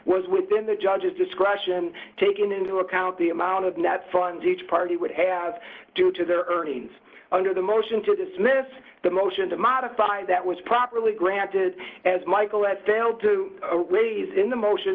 was within the judge's discretion taking into account the amount of net fund party would have due to their earnings under the motion to dismiss the motion to modify that was properly granted as michael as in the motion